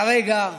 כרגע,